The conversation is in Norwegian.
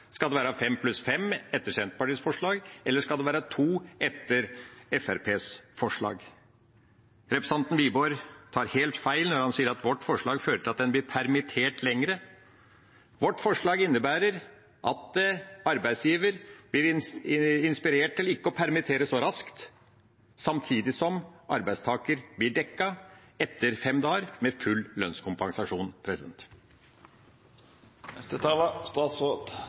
skal det være fem pluss fem, etter Senterpartiets forslag, eller skal det være to, etter Fremskrittspartiets forslag? Representanten Wiborg tar helt feil når han sier at vårt forslag vil føre til at en blir permittert lenger. Vårt forslag innebærer at arbeidsgiverne blir inspirert til ikke å permittere så raskt, samtidig som arbeidstakerne blir dekket etter fem dager med full lønnskompensasjon.